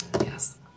Yes